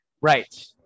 Right